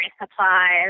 supplies